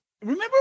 Remember